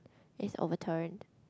is overturned